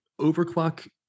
Overclock